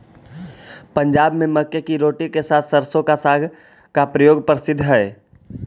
पंजाब में मक्के की रोटी के साथ सरसों का साग का प्रयोग प्रसिद्ध हई